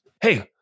Hey